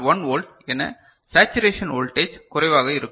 1 volt என saturation voltage குறைவாக இருக்கும்